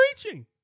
preaching